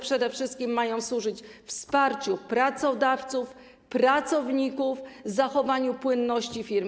Przede wszystkim mają służyć wsparciu pracodawców i pracowników, zachowaniu płynności firm.